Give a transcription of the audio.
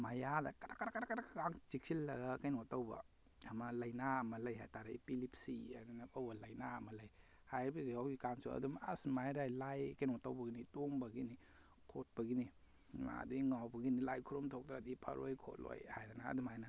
ꯃꯌꯥꯗ ꯀ꯭ꯔꯛ ꯀ꯭ꯔꯛ ꯀ꯭ꯔꯛ ꯆꯤꯛꯁꯤꯜꯂꯒ ꯀꯩꯅꯣ ꯇꯧꯕ ꯑꯃ ꯂꯩꯅꯥ ꯑꯃ ꯂꯩ ꯍꯥꯏꯇꯔꯦ ꯏꯄꯤꯂꯤꯞꯁꯤ ꯍꯥꯏꯗꯅ ꯂꯩꯅꯥ ꯑꯃ ꯂꯩ ꯍꯥꯏꯔꯤꯕꯁꯤ ꯍꯧꯖꯤꯛꯀꯥꯟꯁꯨ ꯑꯗꯨꯝ ꯑꯁ ꯃꯥꯏꯔꯥꯏ ꯂꯥꯏ ꯀꯩꯅꯣ ꯇꯧꯕꯒꯤꯅꯤ ꯇꯣꯡꯕꯒꯤꯅꯤ ꯈꯣꯠꯄꯒꯤꯅꯤ ꯑꯗꯨꯗꯩ ꯉꯥꯎꯕꯒꯤꯅꯤ ꯂꯥꯏ ꯈꯨꯔꯨꯝꯊꯣꯛꯇ꯭ꯔꯗꯤ ꯐꯔꯣꯏ ꯈꯣꯠꯂꯣꯏ ꯍꯥꯏꯗꯅ ꯑꯗꯨꯝ ꯍꯥꯏꯅ